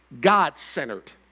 God-centered